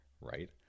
Right